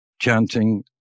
chanting